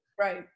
Right